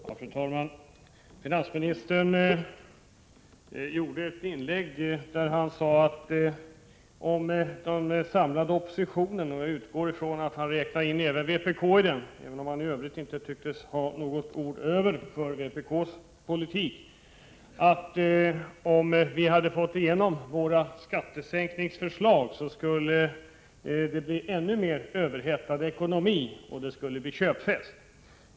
Fru talman! Finansministern sade i sitt inlägg att om den samlade oppositionen — jag utgår från att han även räknar in vpk även om han i övrigt inte tycktes ha något ord över för vpk:s politik — fick igenom sina skattesänkningsförslag, skulle ekonomin bli ännu mera överhettad. Det skulle bli en köpfest.